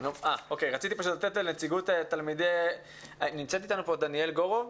נמצאת איתנו פה דניאל גורוב,